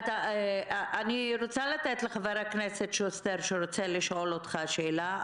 אני רוצה לתת לחבר הכנסת שוסטר לשאול אותך שאלה,